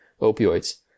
opioids